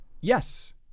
yes